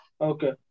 Okay